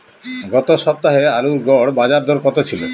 গত সপ্তাহে আলুর গড় বাজারদর কত ছিল?